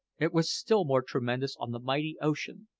it was still more tremendous on the mighty ocean.